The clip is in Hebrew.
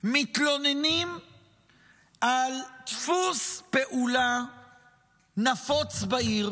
מתלוננים על דפוס פעולה נפוץ בעיר